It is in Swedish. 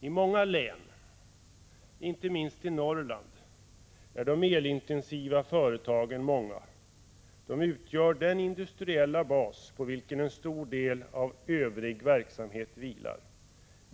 I många län, inte minst i Norrland, är de elintensiva företagen många. De utgör den industriella bas på vilken en stor del av övrig verksamhet vilar.